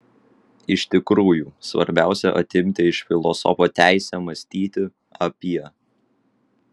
iš tikrųjų svarbiausia atimti iš filosofo teisę mąstyti apie